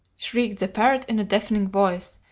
shrieked the parrot in a deafening voice,